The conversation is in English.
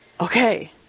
Okay